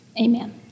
Amen